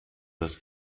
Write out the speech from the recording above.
das